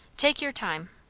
take your time,